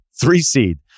Three-seed